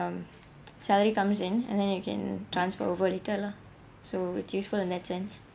uh suddenly comes in and then you can transfer over it that lah so it useful in that sense